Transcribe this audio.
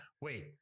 Wait